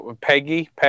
Peggy